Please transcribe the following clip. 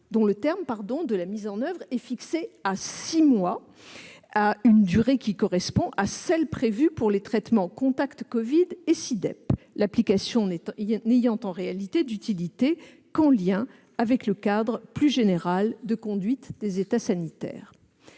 insiste. Sa mise en oeuvre est fixée à six mois, une durée qui correspond à celle qui est prévue pour les traitements Contact Covid et Sidep, l'application n'ayant en réalité d'utilité qu'en lien avec le cadre plus général de conduite des états sanitaires.